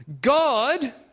God